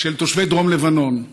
של תושבי דרום לבנון.